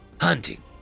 Hunting